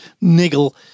niggle